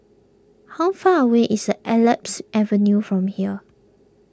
how far away is Alps Avenue from here